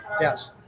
Yes